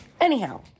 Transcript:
Anyhow